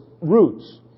roots